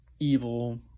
evil